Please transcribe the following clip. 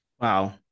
Wow